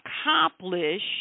accomplish